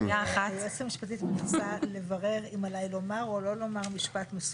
היועצת המשפטית מנסה לברר אם עליי לומר או לא לומר משפט מסוים.